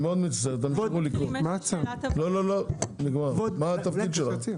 מה התפקיד שלך?